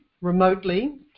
remotely